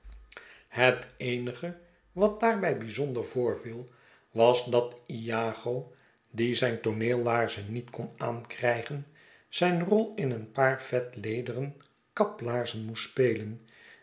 het eenige mevrouw jozef porter wat daarbij bijzonders voorviel was dat iago die zijn tooneellaarzen niet kon aankrij gen zijn rol in een paar vetlederen kaplaarzen moest spelen